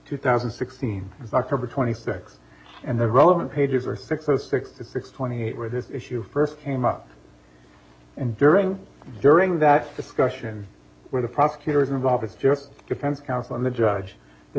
two thousand and sixteen october twenty sixth and the relevant pages were six o six at six twenty eight where this issue first came up and during during that discussion where the prosecutors involved the defense counsel and the judge the